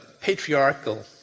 patriarchal